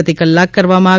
પ્રતિ કલાક કરવામાં આવી